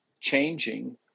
changing